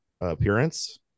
appearance